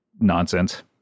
nonsense